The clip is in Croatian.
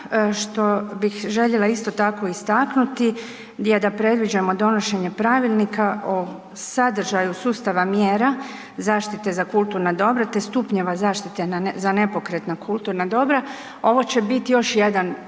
što bih željela isto tako istaknuti je da predviđamo donošenje Pravilnika o sadržaju sustava mjera zaštite za kulturna dobra, te stupnjeva zaštite za nepokretna kulturna dobra. Ovo će bit još jedan